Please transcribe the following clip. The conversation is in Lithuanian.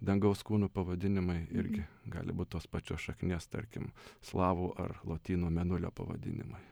dangaus kūnų pavadinimai irgi gali būt tos pačios šaknies tarkim slavų ar lotynų mėnulio pavadinimai